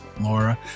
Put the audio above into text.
laura